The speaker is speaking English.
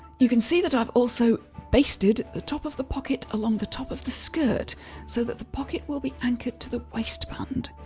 you can see that i've also based it, the ah top of the pocket along the top of the skirt so that the pocket will be anchored to the waistband.